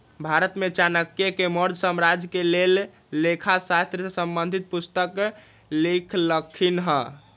भारत में चाणक्य ने मौर्ज साम्राज्य के लेल लेखा शास्त्र से संबंधित पुस्तक लिखलखिन्ह